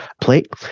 plate